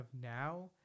now